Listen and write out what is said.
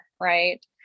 right